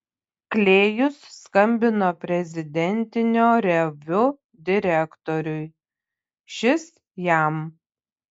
klėjus skambino prezidentinio reviu direktoriui šis jam